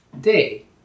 Day